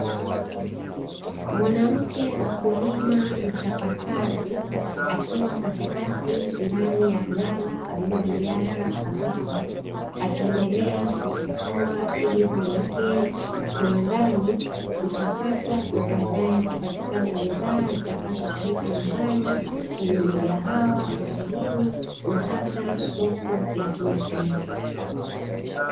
Mwanamke mkulima mchapakazi akiwa katikati ndani ya ghala alilolijaza kahawa akiendelea kuzitoa ili zielekee kiwandani kuchakatwa na badae zipatikane bidhaa zitakazotumika nyumbani, kwenye migahawa, hotelini na hata soko la kimataifa.